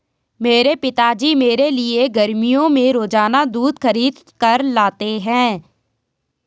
मेरे पिताजी मेरे लिए गर्मियों में रोजाना दूध खरीद कर लाते हैं